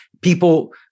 People